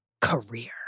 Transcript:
career